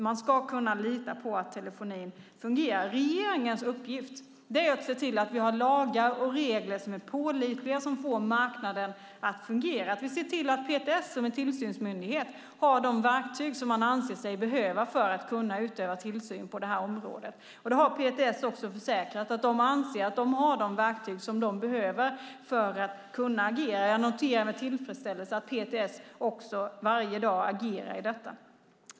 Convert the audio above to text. Man ska kunna lita på att telefonin fungerar. Regeringens uppgift är att se till att vi har lagar och regler som är pålitliga och som får marknaden att fungera och att vi ser till att PTS, som är tillsynsmyndighet, har de verktyg som man anser sig behöva för att kunna utöva tillsyn på detta område. PTS har också försäkrat att man anser att man har de verktyg som man behöver för att kunna agera. Jag noterar med tillfredsställelse att PTS också varje dag agerar i fråga om detta.